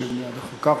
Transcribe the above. ישיב מייד אחר כך.